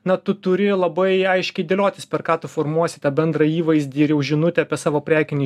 na tu turi labai aiškiai dėliotis per ką tu formuosi tą bendrą įvaizdį ir jau žinutę apie savo prekinį